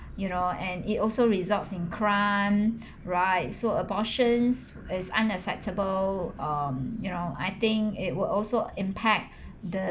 you know and it also results in crime right so abortions is unacceptable um you know I think it will also impact the